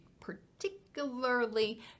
particularly